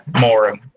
more